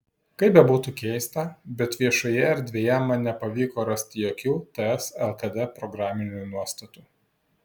kaip bebūtų keista bet viešoje erdvėje man nepavyko rasti jokių ts lkd programinių nuostatų